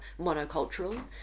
monocultural